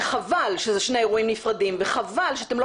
שחבל שזה שני אירועים נפרדים וחבל שאתם לא